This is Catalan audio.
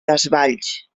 desvalls